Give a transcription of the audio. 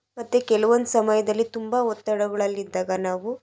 ಮತ್ತೆ ಕೆಲವೊಂದು ಸಮಯದಲ್ಲಿ ತುಂಬ ಒತ್ತಡಗಳಲ್ಲಿದ್ದಾಗ ನಾವು